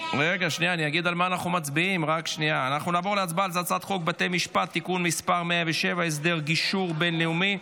על הצעת חוק בתי משפט (תיקון מס' 107) (הסדר גישור בין-לאומי),